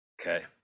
Okay